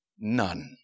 None